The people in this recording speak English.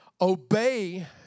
obey